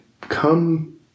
come